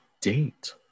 date